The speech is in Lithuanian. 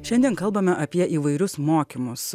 šiandien kalbame apie įvairius mokymus